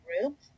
group